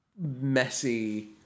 messy